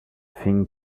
thing